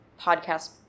podcast